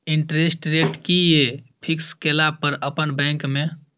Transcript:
Interest rate कि ये fix केला पर अपन बैंक में?